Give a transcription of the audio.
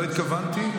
לא התכוונתי.